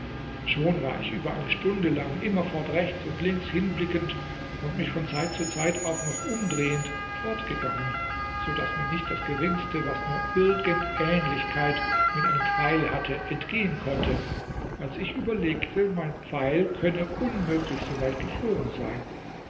schon war ich über eine stunde lang immerfort rechts und links hinblickend und mich von zeit zu zeit auch noch umdrehend fortgegangen so daß mir nicht das geringste was nur irgend ähnlichkeit mit einem pfeile hatte entgehen konnte als ich überlegte mein pfeil könne unmöglich so weit geflogen sein